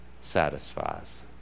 satisfies